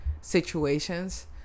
situations